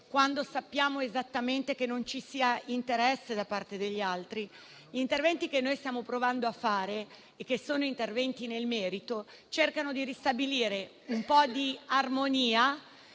quando sappiamo esattamente che non c'è interesse da parte degli altri. Quelli che stiamo provando a fare sono interventi nel merito e cercano di ristabilire un po' di armonia,